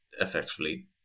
effectively